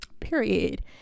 period